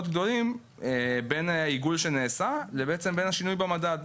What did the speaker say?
גדולים בין העיגול שנעשה לבין השינוי במדד בעצם.